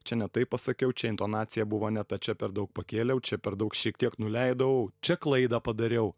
čia ne taip pasakiau čia intonacija buvo ne ta čia per daug pakėliau čia per daug šiek tiek nuleidau čia klaidą padariau